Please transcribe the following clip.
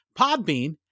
Podbean